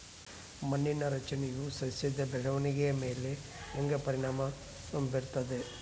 ಮಣ್ಣಿನ ರಚನೆಯು ಸಸ್ಯದ ಬೆಳವಣಿಗೆಯ ಮೇಲೆ ಹೆಂಗ ಪರಿಣಾಮ ಬೇರ್ತದ?